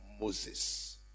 Moses